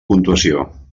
puntuació